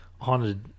haunted